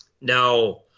Now